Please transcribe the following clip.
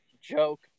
joke